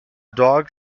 dog